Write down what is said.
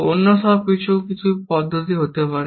অন্য সব কিছু কিছু পদ্ধতিতে হতে পারে